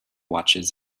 watches